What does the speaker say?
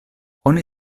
oni